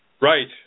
Right